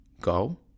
go